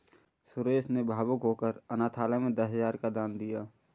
सुरेश ने भावुक होकर अनाथालय में दस हजार का दान दिया